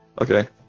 Okay